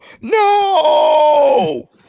no